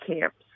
camps